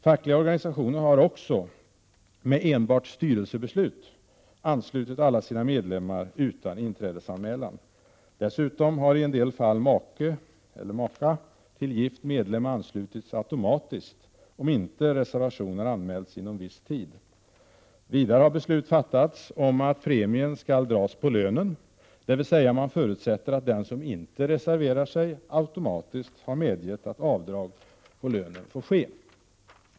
Fackliga organisationer har också — med enbart styrelsebeslut — anslutit alla sina medlemmar utan inträdesanmälan. Dessutom har i en del fall maka eller make till gift medlem anslutits automatiskt om inte reservation har anmälts inom viss tid. Vidare har beslut fattats om att premien skall dras på lönen, dvs. man förutsätter att den som inte reserverar sig, automatiskt har medgett att avdrag på lönen får ske.